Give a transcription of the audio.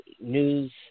news